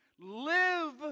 live